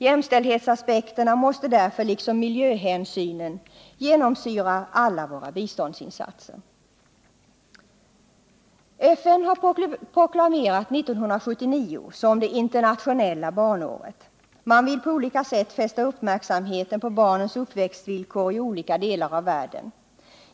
Jämställdhetsaspekterna måste därför liksom miljöhänsynen genomsyra alla våra biståndsinsatser. FN har proklamerat 1979 som det internationella barnåret. Man vill på olika sätt fästa uppmärksamheten på barnens uppväxtvillkor i alla delar av världen.